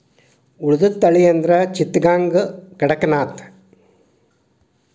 ಉಳಿದದ ತಳಿ ಅಂದ್ರ ಚಿತ್ತಗಾಂಗ, ಕಡಕನಾಥ